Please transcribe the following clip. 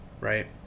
right